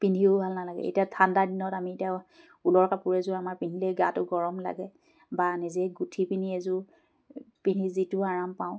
পিন্ধিও ভাল নালাগে এতিয়া ঠাণ্ডাৰ দিনত আমি এতিয়া ঊলৰ কাপোৰ এযোৰ আমাৰ পিন্ধিলেই গাটো গৰম লাগে বা নিজেই গুঠি পিনি এযোৰ পিন্ধি যিটো আৰাম পাওঁ